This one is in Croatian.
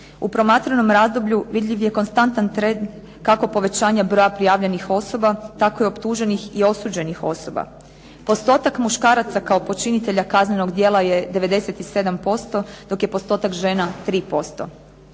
U promatranom razdoblju vidljiv je konstantan trend kako povećanja broja prijavljenih osoba, tako i optuženih i osuđenih osoba. Postotak muškaraca kao počinitelja kaznenog djela je 97% dok je postotak žena 3%.